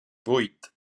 vuit